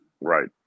Right